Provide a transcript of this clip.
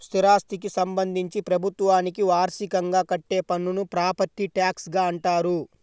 స్థిరాస్థికి సంబంధించి ప్రభుత్వానికి వార్షికంగా కట్టే పన్నును ప్రాపర్టీ ట్యాక్స్గా అంటారు